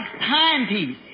timepiece